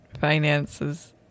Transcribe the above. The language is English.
finances